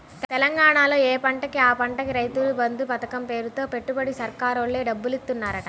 తెలంగాణాలో యే పంటకి ఆ పంటకి రైతు బంధు పతకం పేరుతో పెట్టుబడికి సర్కారోల్లే డబ్బులిత్తన్నారంట